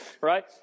right